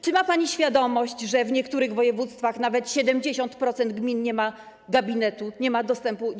Czy ma pani świadomość, że w niektórych województwach nawet 70% gmin nie ma gabinetu ginekologicznego?